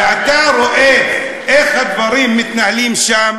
ואתה רואה איך הדברים מתנהלים שם